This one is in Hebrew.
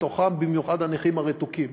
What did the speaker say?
במיוחד הנכים הרתוקים.